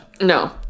No